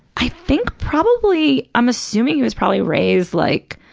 i think probably, i'm assuming he was probably raised like,